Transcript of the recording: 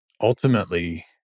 ultimately